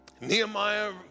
Nehemiah